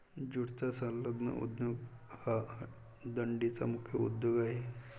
ज्यूटचा संलग्न उद्योग हा डंडीचा मुख्य उद्योग आहे